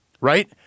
right